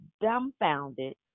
dumbfounded